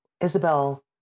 Isabel